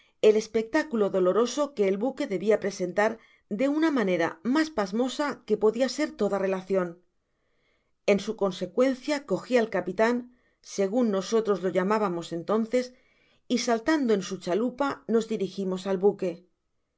el espectáculo uoloroso que el buque debia presentar de una manera mas pasmosa que podia ser toda relacion en su consecuencia cogi al capitan segun nosotros lo llamábamos entonces y saltando en su chalupa nos dirigimos al buque